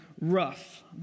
rough